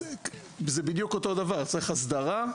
אז זה בדיוק אותו דבר, צריך הסדרה,